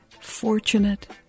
fortunate